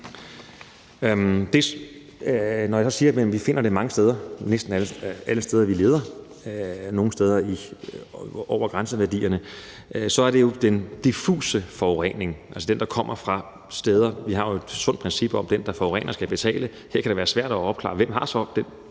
Når jeg siger, at vi finder det mange steder – næsten alle steder, vi leder; nogle steder er det over grænseværdierne – så er det jo den diffuse forurening, altså den, der kommer fra flere steder. Vi har jo et sundt princip om, at den, der forurener, skal betale, men her kan det være svært at opklare, hvem der så har